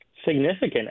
Significant